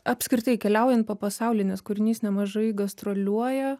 apskritai keliaujant po pasaulį nes kūrinys nemažai gastroliuoja